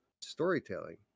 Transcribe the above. storytelling